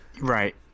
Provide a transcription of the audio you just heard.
Right